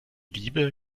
liebe